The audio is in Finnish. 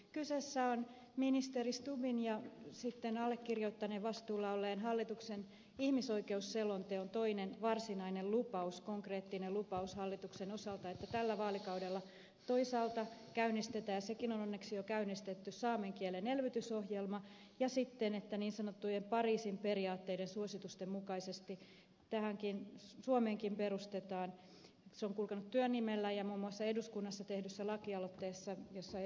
kyseessä on ministeri stubbin ja allekirjoittaneen vastuulla olleen hallituksen ihmisoikeusselonteon toinen varsinainen konkreettinen lupaus hallituksen osalta että tällä vaalikaudella toisaalta käynnistetään sekin on onneksi jo käynnistetty saamen kielen elvytysohjelma ja että niin sanottujen pariisin periaatteiden suositusten mukaisesti suomeenkin perustetaan keskus joka on kulkenut työnimellä ja muun muassa eduskunnassa tehdyssä lakialoitteessa jossa ed